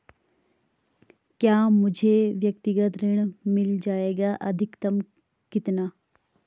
क्या मुझे व्यक्तिगत ऋण मिल जायेगा अधिकतम कितना?